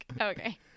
okay